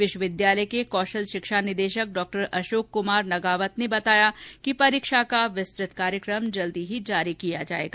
विश्वविद्यालय के कौशल शिक्षा निदेशक डॉ अशोक कमार नगावत ने बताया कि परीक्षा का विस्तृत कार्यक्रम जल्द ही जारी किया जाएगा